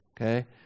Okay